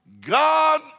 God